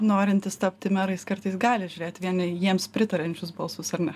norintys tapti merais kartais gali žiūrėt vien į jiems pritariančius balsus ar ne